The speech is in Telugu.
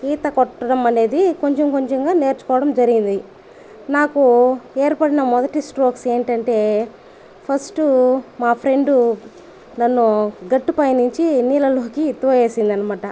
ఈత కొట్టడం అనేది కొంచెం కొంచెంగా నేర్చుకోవడం జరిగింది నాకు ఏర్పడిన మొదటి స్ట్రోక్స్ ఏంటంటే ఫస్ట్ మా ఫ్రెండు నన్ను గట్టు పై నుంచి నీళ్ళలోకి తోసేసింది అనమాట